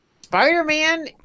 Spider-Man